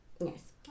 Yes